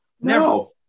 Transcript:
No